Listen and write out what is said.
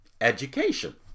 education